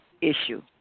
issue